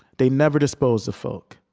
they never disposed of folk